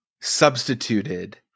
substituted